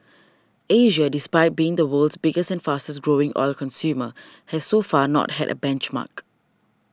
Asia despite being the world's biggest and fastest growing oil consumer has so far not had a benchmark